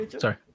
sorry